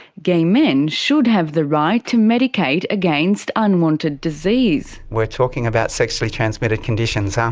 gay men should have the right to medicate against unwanted disease. we're talking about sexually transmitted conditions, um